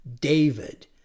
David